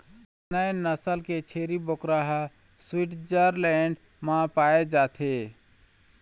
Saanen नसल के छेरी बोकरा ह स्वीटजरलैंड म पाए जाथे